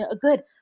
good